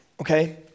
Okay